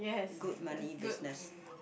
good money business